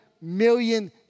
million